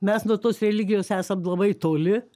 mes nuo tos religijos esam labai toli